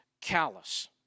callous